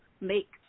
make